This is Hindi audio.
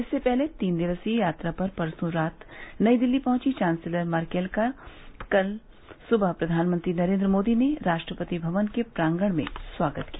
इससे पहले तीन दिवसीय यात्रा पर परसों रात नई दिल्ली पहुंची चांसलर मर्केल का कल सुबह प्रधानमंत्री नरेंद्र मोदी ने राष्ट्रपति भवन के प्रांगण में स्वागत किया